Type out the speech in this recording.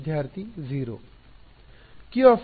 ವಿದ್ಯಾರ್ಥಿ 0